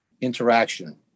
interaction